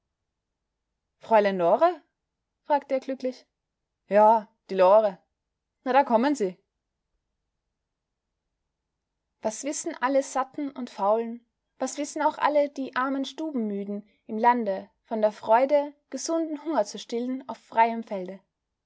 fräulein lore fragte er glücklich ja die lore na da kommen sie was wissen alle satten und faulen was wissen auch alle die armen stubenmüden im lande von der freude gesunden hunger zu stillen auf freiem felde